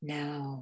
now